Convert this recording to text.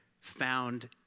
found